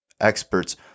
experts